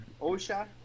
osha